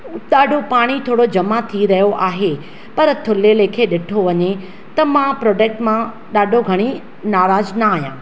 ॾाढो पाणी थोरो जमा थी रहियो आहे पर थुल्हे लेखे ॾिठो वञे त मां प्रोड्कट मां ॾाढो घणी नाराज़ु ना आहियां